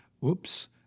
whoops